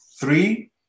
three